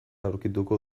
aurkituko